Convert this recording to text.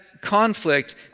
conflict